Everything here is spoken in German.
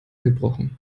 gebrochen